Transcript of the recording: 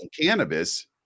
cannabis